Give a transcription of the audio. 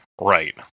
Right